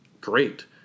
great